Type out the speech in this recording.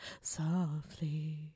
softly